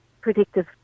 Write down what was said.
predictive